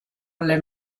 alle